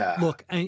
look